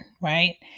right